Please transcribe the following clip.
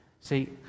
See